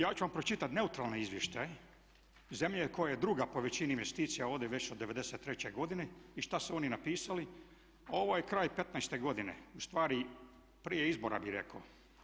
Ja ću vam pročitati neutralne izvještaje zemlje koja je druga po veličini investicija ovdje već od '93. godine i što su oni napisali, ovo je kraj '15. godine, ustvari prije izbora bih rekao.